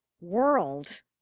world